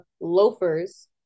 loafers